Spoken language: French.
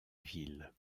ville